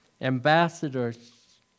ambassadors